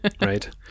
Right